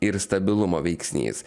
ir stabilumo veiksnys